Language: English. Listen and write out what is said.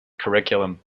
curriculum